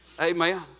Amen